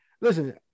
Listen